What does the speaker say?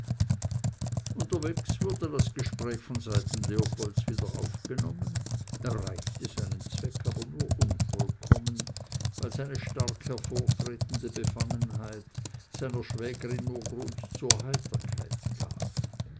unterwegs wurde das gespräch von seiten leopolds wieder aufgenommen erreichte seinen zweck aber nur unvollkommen weil seine stark hervortretende befangenheit seiner schwägerin nur grund zur heiterkeit gab